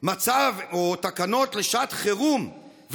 מצב או תקנות לשעת חירום,